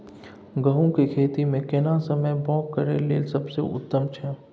गहूम के खेती मे केना समय बौग करय लेल सबसे उत्तम छै?